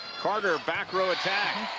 carter back row. ah